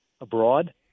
abroad